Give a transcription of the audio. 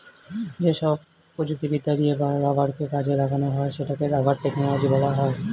যেসব প্রযুক্তিবিদ্যা দিয়ে রাবারকে কাজে লাগানো হয় সেটাকে রাবার টেকনোলজি বলা হয়